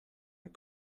and